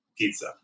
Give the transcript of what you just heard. pizza